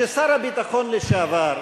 ששר הביטחון לשעבר,